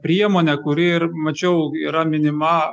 priemonė kuri ir mačiau yra minima